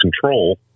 control